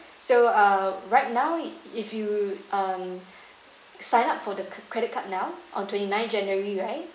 so uh right now if you um sign up for the credit card now on twenty-ninth january right